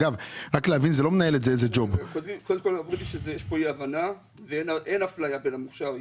אמרו לי שיש כאן אי הבנה ואין אפליה בין המוכשר.